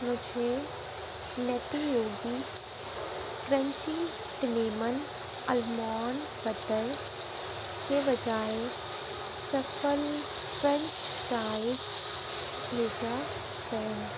مجھے Nutty Yogi crunchy cinnamon almond butter کے بجائے سفل فرنچ فرائیز بھیجا گیا